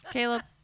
Caleb